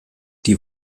die